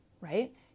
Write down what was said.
right